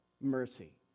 mercy